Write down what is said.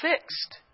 fixed